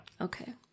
okay